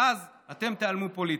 ואז אתם תיעלמו פוליטית.